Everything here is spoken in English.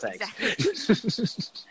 thanks